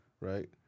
right